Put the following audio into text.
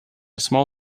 small